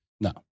No